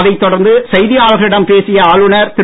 அதைத் தொடர்ந்து செய்தியாளர்களிடம் பேசிய ஆளுனர் திரு